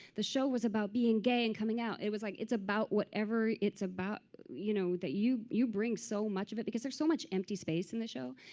the show was about being gay and coming out. it was like, it's about whatever it's about. you know you you bring so much of it, because there's so much empty space in the show.